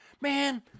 Man